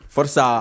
Forza